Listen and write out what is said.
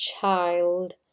child